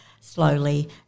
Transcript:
slowly